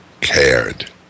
cared